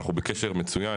אנחנו בקשר מצוין,